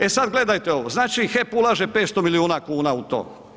E sad gledajte ovo, znači HEP ulaže 500 milijuna kuna u to.